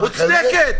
צעקה מוצדקת.